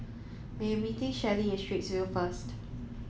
am meeting Shelli at Straits View first